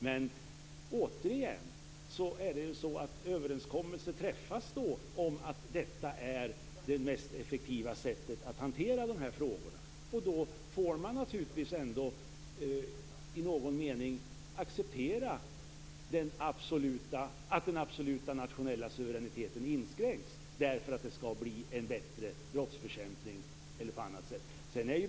Men återigen: Träffas det en överenskommelse om att detta är det mest effektiva sättet att hantera de frågor som det gäller, får man naturligtvis i någon mening ändå acceptera att den absoluta nationella suveräniteten inskränks. Skälet kan vara att få en bättre brottsbekämpning e.d.